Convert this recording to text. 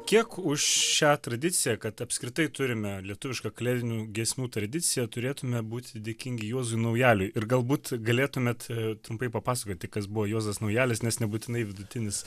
kiek už šią tradiciją kad apskritai turime lietuvišką kalėdinių giesmių tradiciją turėtume būti dėkingi juozui naujaliui ir galbūt galėtumėt trumpai papasakoti kas buvo juozas naujalis nes nebūtinai vidutinis